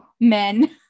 men